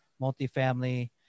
multifamily